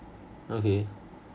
okay